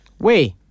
Wait